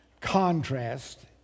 contrast